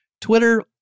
Twitter